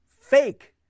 fake